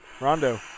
Rondo